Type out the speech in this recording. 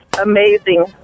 amazing